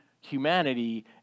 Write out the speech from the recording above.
humanity